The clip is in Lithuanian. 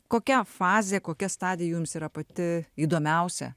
kokia fazė kokia stadija jums yra pati įdomiausia